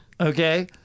Okay